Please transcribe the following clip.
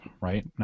right